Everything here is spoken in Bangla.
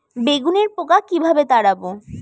বেগুনের পোকা কিভাবে তাড়াব?